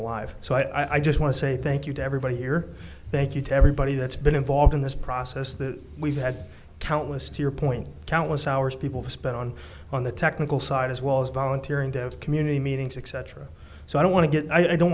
alive so i just want to say thank you to everybody here thank you to everybody that's been involved in this process that we've had countless to your point countless hours people spent on on the technical side as well as volunteer and community meetings etc so i don't want to get i don't